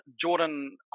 Jordan